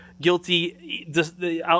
guilty